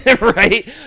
right